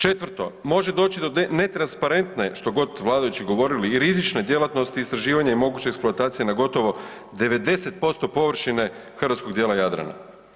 Četvrto može doći do netransparentne što god vladajući govorili i rizične djelatnosti istraživanja i moguće eksploatacije na gotovo 90% površine hrvatskog dijela Jadrana.